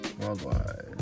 Worldwide